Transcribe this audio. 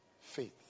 Faith